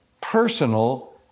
personal